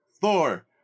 Thor